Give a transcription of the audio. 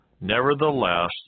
Nevertheless